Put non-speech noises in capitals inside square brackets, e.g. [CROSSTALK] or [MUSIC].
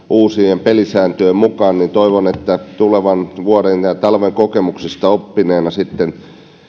[UNINTELLIGIBLE] uusien pelisääntöjen mukaan niin toivon että tulevan vuoden ja talven kokemuksista oppineina sitten